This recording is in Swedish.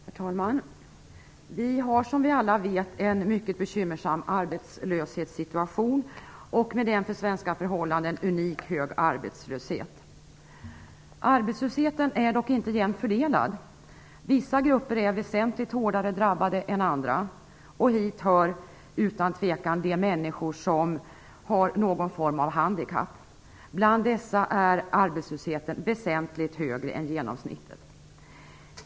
Herr talman! Vi har, som vi alla vet, en mycket bekymmersam arbetslöshetssituation, med en för svenska förhållanden unik hög arbetslöshet. Arbetslösheten är dock inte jämnt fördelad. Vissa grupper är väsentligt hårdare drabbade än andra. Hit hör utan tvekan de människor som har någon form av handikapp. Bland dessa är arbetslösheten väsentligt högre än genomsnittet.